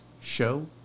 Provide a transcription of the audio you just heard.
show